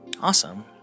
awesome